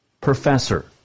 professor